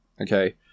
okay